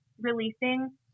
releasing